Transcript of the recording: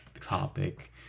topic